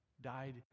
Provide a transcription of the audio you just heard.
died